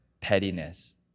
pettiness